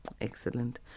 Excellent